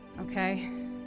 Okay